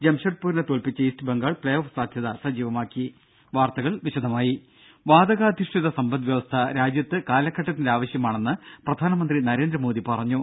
ജംഷഡ്പൂരിനെ തോൽപ്പിച്ച് ഈസ്റ്റ്ബംഗാൾ പ്ലേഓഫ് സാധ്യത സജീവമാക്കി വാർത്തകൾ വിശദമായി വാതകാധിഷ്ഠിത സമ്പദ് വ്യവസ്ഥ രാജ്യത്ത് കാലഘട്ടത്തിന്റെ ആവശ്യമാണെന്ന് പ്രധാനമന്ത്രി നരേന്ദ്രമോദി പറഞ്ഞു